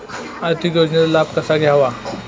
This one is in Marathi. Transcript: आर्थिक योजनांचा लाभ कसा घ्यावा?